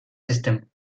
system